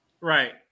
right